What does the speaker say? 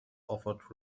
offered